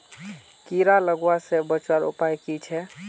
कीड़ा लगवा से बचवार उपाय की छे?